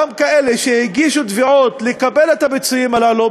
גם כאלה שהגישו תביעות לקבל את הפיצויים הללו,